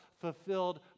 fulfilled